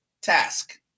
task